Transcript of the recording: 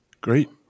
Great